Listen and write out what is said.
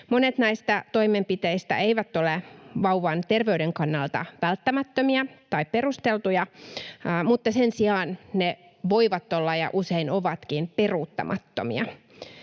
Monet näistä toimenpiteistä eivät ole vauvan terveyden kannalta välttämättömiä tai perusteltuja, mutta sen sijaan ne voivat olla ja usein ovatkin peruuttamattomia.